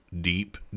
deep